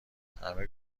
همه